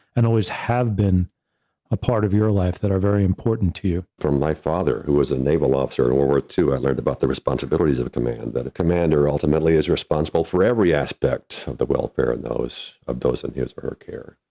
and always have been a part of your life that are very important to you. from my father who was a naval officer or to i learned about the responsibilities of the command, that a commander ultimately is responsible for every aspect of the welfare of those of those of us who care.